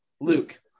Luke